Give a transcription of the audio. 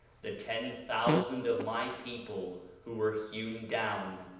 the ten thousand of my people who were hewn down,